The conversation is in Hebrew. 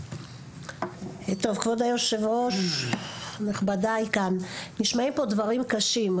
כבוד היושב-ראש, נכבדי, נשמעים כאן דברים קשים.